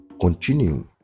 continue